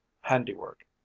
handiwork